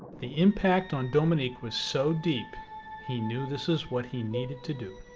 the impact on dominique was so deep he knew this is what he needed to do.